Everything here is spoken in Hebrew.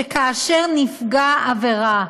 שכאשר נפגע עבירה,